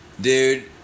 dude